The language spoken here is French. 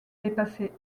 dépasser